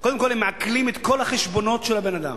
קודם כול הם מעקלים את כל החשבונות של הבן-אדם,